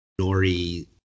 nori